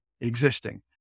existing